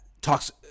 Talks